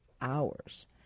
hours